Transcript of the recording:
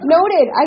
Noted